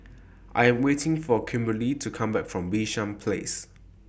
I Am waiting For Kimberli to Come Back from Bishan Place